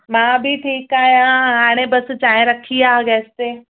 मां बि ठीकु आहियां खाणे बसि चांहि रखी आहे गैस ते